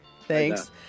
Thanks